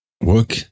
work